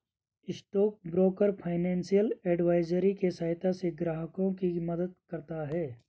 stock broker financial advisory के सहायता से ग्राहकों की मदद करता है